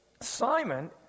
simon